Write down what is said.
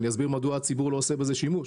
ואסביר מדוע הציבור לא עושה בזה שימוש.